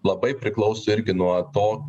labai priklauso irgi nuo to